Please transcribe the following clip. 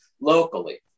locally